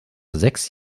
sechs